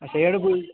ହଁ ସେଈଆଡ଼ୁ